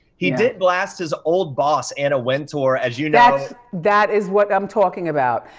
he did blast his old boss, anna wintour, as you know. that is what i'm talking about.